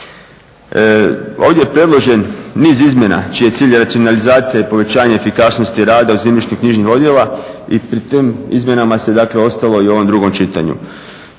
Ovdje je predložen niz izmjena čiji je cilj racionalizacija i povećanje efikasnosti rada zemljišno-knjižnih odjela i pri tim izmjenama se dakle ostalo i u ovom drugom čitanju.